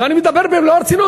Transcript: ואני מדבר במלוא הרצינות.